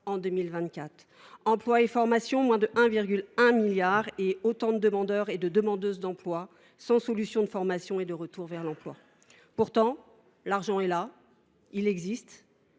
en 2024. Emploi et formation :– 1,1 milliard d’euros, et autant de demandeurs et demandeuses d’emploi sans solution de formation et de retour vers l’emploi. Pourtant, l’argent est là. Il existe.